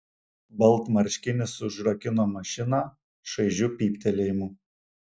baltmarškinis užrakino mašiną šaižiu pyptelėjimu